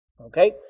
Okay